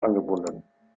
angebunden